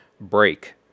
break